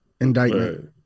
Indictment